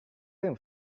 room